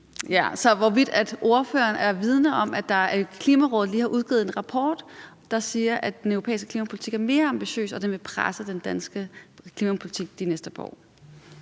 hvorvidt ordføreren er vidende om, at Klimarådet lige har udgivet en rapport, der siger, at den europæiske klimapolitik er mere ambitiøs end den danske, og at den vil presse den danske klimapolitik de næste par